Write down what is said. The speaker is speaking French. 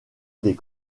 des